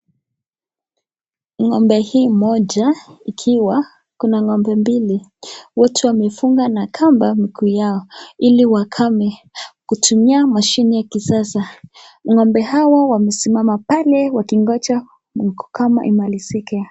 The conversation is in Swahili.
Ng'ombe hii moja, ikiwa, kuna ng'ombe mbili. Wote wamefunga na kamba mikuu yao ili wakame kutumia mashine ya kisasa. Ng'ombe hawa wamesimama pale wakingoja kukamwa imalizike.